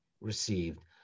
received